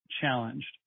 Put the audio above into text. challenged